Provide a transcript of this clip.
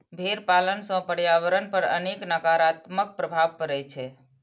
भेड़ पालन सं पर्यावरण पर अनेक नकारात्मक प्रभाव पड़ै छै